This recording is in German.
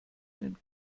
den